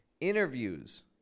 interviews